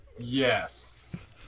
Yes